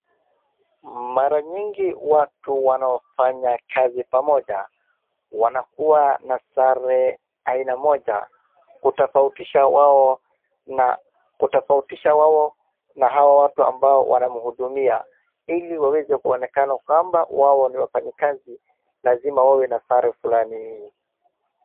Mara nyingi watu wanaofanya kazi pamoja wanakuwa na sare aina moja kutofautisha wao na hawa watu ambao wanamhudumia ili waweze kuonekana kwamba wao ni wafanyikazi lazima wawe na sare fulani.